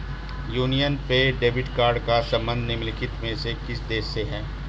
Union पे debit card का संबंध निम्नलिखित में से किस देश से है?